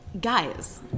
guys